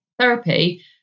therapy